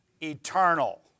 eternal